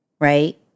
right